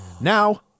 Now